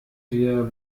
wir